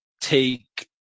take